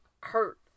hurt